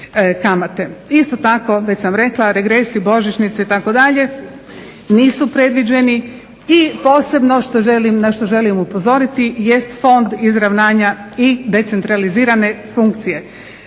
Isto tako, već sam rekla regres i božićnice itd. nisu predviđeni i posebno što želim, na što želim upozoriti jest Fond izravnanja i decentralizirane funkcije.